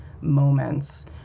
moments